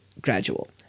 gradual